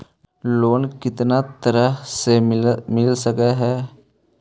Loan कितना तरह से मिल सक है?